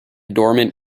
dormant